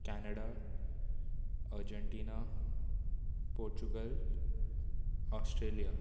Canada Argentina Portugal Australia